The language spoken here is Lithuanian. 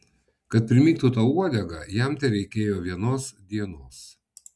kad primygtų tau uodegą jam tereikėjo vienos dienos